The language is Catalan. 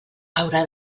haurà